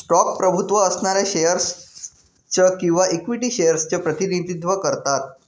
stock प्रभुत्व असणाऱ्या shares च किंवा इक्विटी शेअर्स च प्रतिनिधित्व करतात